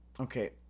Okay